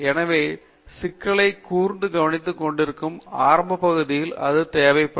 எனவே சிக்கலைக் கூர்ந்து கவனித்துக் கொண்டிருக்கும் ஆரம்ப பகுதியில் அதிக தொடர்பு தேவைப்படும்